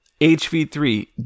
HV3